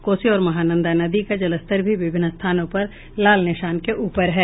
कोसी और महानंदा नदी का जलस्तर भी विभिन्न स्थानों पर लाल निशान के ऊपर है